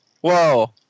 Whoa